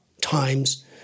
times